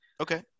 Okay